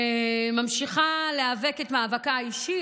ממשיכה להיאבק את מאבקה האישי,